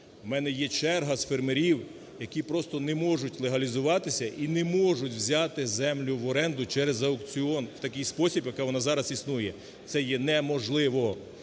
В мене є черга з фермерів, які просто не можуть легалізуватися і не можуть взяти землю в оренду через аукціон в такий спосіб, як воно зараз існує, це є неможливо.